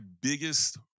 biggest